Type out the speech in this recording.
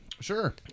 Sure